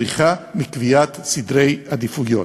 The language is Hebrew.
בריחה מקביעת סדרי עדיפויות.